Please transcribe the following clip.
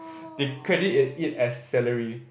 they credit it as salary